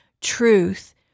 truth